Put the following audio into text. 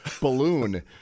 balloon